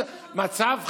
מצב חירום.